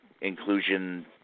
inclusion